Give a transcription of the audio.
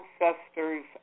ancestors